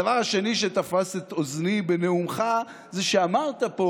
הדבר השני שתפס את אוזני בנאומך זה שאמרת פה